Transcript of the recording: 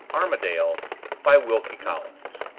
armadale by wilkie collins